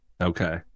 okay